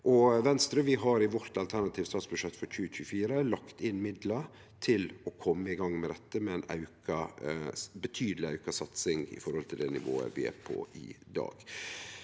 Venstre har i vårt alternative statsbudsjett for 2024 lagt inn midlar til å kome i gang med dette, med ei betydeleg auka satsing i forhold til det nivået vi er på i dag.